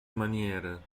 maniere